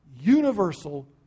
universal